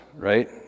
right